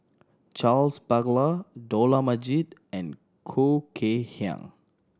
Charles Paglar Dollah Majid and Khoo Kay Hian